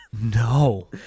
No